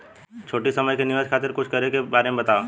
छोटी समय के निवेश खातिर कुछ करे के बारे मे बताव?